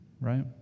right